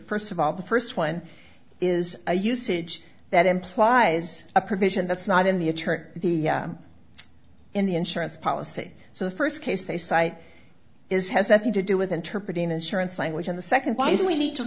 first of all the first one is a usage that implies a provision that's not in the church the in the insurance policy so the first case they cite is has nothing to do with interpreting insurance language and the second one is we need to